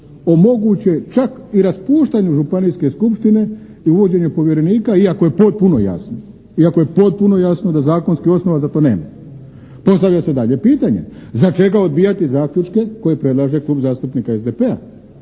o moguće čak i raspuštanju županijske skupštine i uvođenje povjerenika iako je potpuno jasno da zakonskih osnova za to nema. Postavlja se dalje pitanje, za čega odbijati zaključke koje predlaže Klub zastupnika SDP-a?